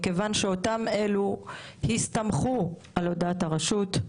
מכיוון שאותם אלו הסתמכו על הודעת הרשות,